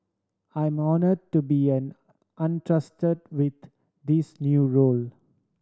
I'm honoured to be an entrusted with this new role